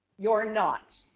you are not.